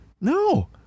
No